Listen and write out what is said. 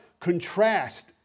contrast